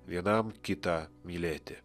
vienam kitą mylėti